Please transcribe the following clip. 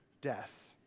death